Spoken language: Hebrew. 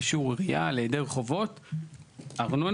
אישור עירייה להיעדר חובות, ארנונה,